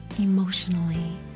emotionally